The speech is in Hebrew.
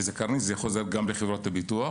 וזה חוזר גם לחברות הביטוח